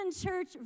church